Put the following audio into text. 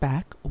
Back